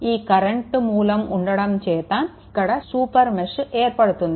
ఈ కరెంట్ మూలం ఉండడం చేత ఇక్కడ సూపర్ మెష్ ఏర్పడుతుంది